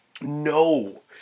No